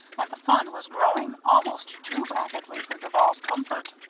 and the fund was growing almost too rapidly for duval's comfort.